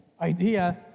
idea